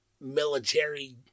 military